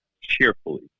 cheerfully